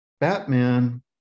Batman